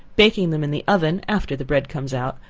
baking them in the oven after the bread comes out,